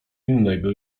innego